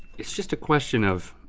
it's just a question of.